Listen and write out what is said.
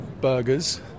burgers